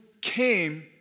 came